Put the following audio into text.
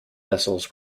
vessels